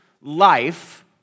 life